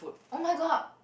oh-my-god